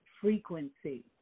frequency